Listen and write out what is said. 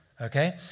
Okay